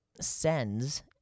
sends